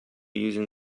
using